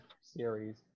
series